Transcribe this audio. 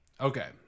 okay